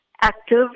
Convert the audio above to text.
active